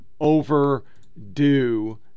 overdue